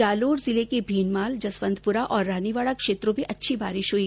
जालोर जिले के भीनमाल जसवंतपुरा और रानीवाडा क्षेत्रों में अच्छी बारिश हुई